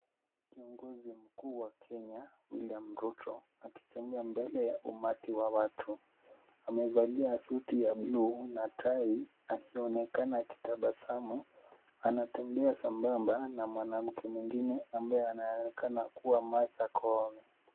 Kiongozi mkuu wa Kenya William Ruto, akitembea mbele ya umati wa watu. Amevalia suti ya buluu na tai akionekana akitabasamu. Anatembea sambamba na mwanamke mwingine ambaye anaonekana kuwa Martha Koome.